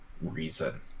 reason